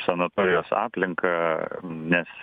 sanatorijos aplinka nes